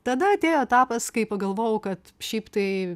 tada atėjo etapas kai pagalvojau kad šiaip tai